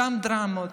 גם דרמות,